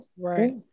Right